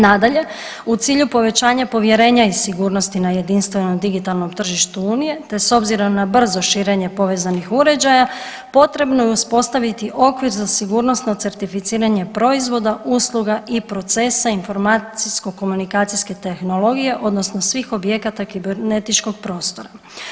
Nadalje, u cilju povećanja povjerenja i sigurnosti na jedinstvenom digitalnom tržištu unije, te s obzirom na brzo širenje povezanih uređaja potrebno je uspostaviti okvir za sigurnosno certificiranje proizvoda, usluga i procesa informacijsko komunikacijske tehnologije odnosno svih objekata kibernetičkog prostora.